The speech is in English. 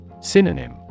Synonym